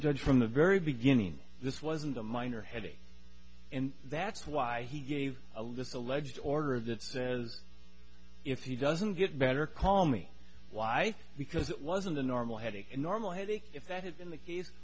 judge from the very beginning this wasn't a minor headache and that's why he gave a list alleged order that says if he doesn't get better call me wife because it wasn't a normal headache and normal headache if that had been the case